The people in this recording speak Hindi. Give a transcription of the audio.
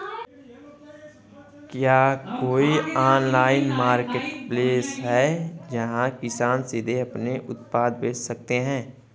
क्या कोई ऑनलाइन मार्केटप्लेस है जहां किसान सीधे अपने उत्पाद बेच सकते हैं?